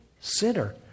sinner